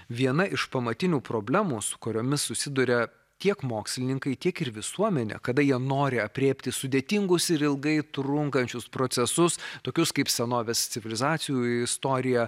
viena iš pamatinių problemų su kuriomis susiduria tiek mokslininkai tiek ir visuomenė kada jie nori aprėpti sudėtingus ir ilgai trunkančius procesus tokius kaip senovės civilizacijų istorija